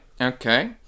okay